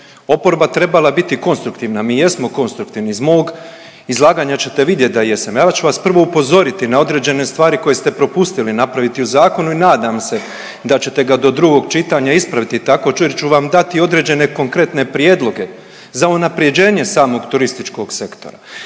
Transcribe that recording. oporba trebala biti konstruktivna, mi jesmo konstruktivni, iz mog izlaganja ćete vidjet da jesam. Ja ću vas prvo upozoriti na određene stvari koje ste propustili napraviti u zakonu i nadam se da ćete ga do drugog čitanja ispraviti tako jer ću vam dati određene konkretne prijedloge za unaprjeđenje samog turističkog sektora.